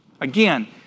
Again